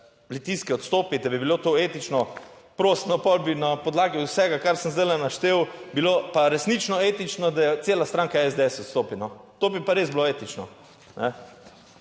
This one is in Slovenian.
pritiske odstopi, da bi bilo to etično, prosim, pol bi na podlagi vsega kar sem zdaj naštel bilo pa resnično etično, da cela stranka SDS odstopi, no. To bi pa res bilo etično,